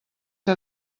que